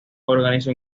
organizó